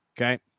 Okay